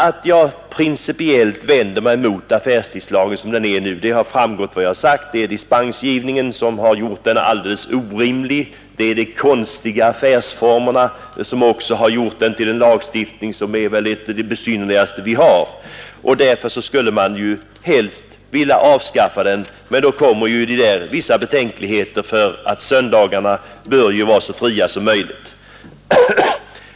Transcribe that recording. Att jag principiellt vänder mig mot affärstidslagen som den nu är utformad har framgått av vad jag sagt. Det är dispensgivningen som har gjort den alldeles orimlig, och det är de konstiga affärsformerna som också har gjort den till en lagstiftning som är en av de besynnerligaste vi har. Därför skulle man helst vilja avskaffa lagen, men då uppkommer vissa betänkligheter, eftersom söndagarna bör vara så fria som möjligt.